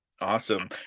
awesome